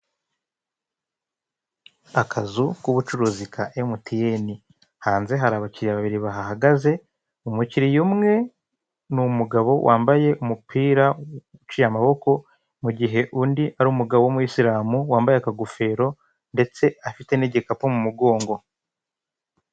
Handitseho irembo ahatangirwa ubufasha ku birebana no kwiyandikisha cyangwa se mu kwishyura imisoro, kwifotoza n'ibindi bijye bitandukanye.